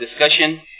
discussion